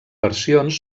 versions